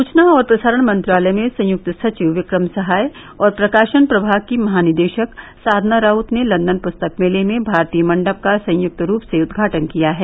सूचना और प्रसारण मंत्रालय में संयुक्त सचिव विक्रम सहाय और प्रकाशन प्रभाग की महानिदेशक साधना राउत ने लंदन पुस्तक मेले में भारतीय मंडप का संयुक्त रूप से उद्घाटन किया है